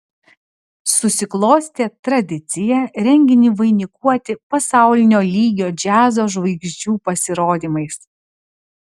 susiklostė tradicija renginį vainikuoti pasaulinio lygio džiazo žvaigždžių pasirodymais